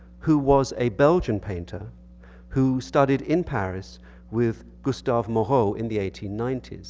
who was a belgium painter who studied in paris with gustave moreau in the eighteen ninety s,